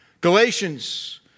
galatians